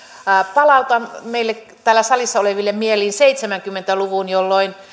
palautan meille täällä salissa oleville mieliin seitsemänkymmentä luvun jolloin